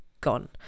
gone